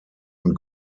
und